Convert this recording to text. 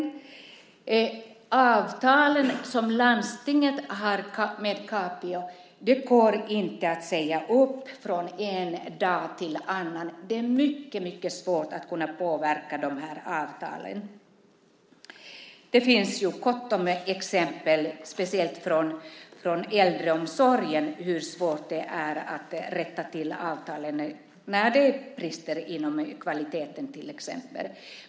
De avtal som landstinget har med Capio går inte att säga upp från en dag till en annan. Det är mycket svårt att påverka dessa avtal. Det finns gott om exempel, speciellt från äldreomsorgen, på hur svårt det är att rätta till avtalen när det brister inom till exempel kvaliteten.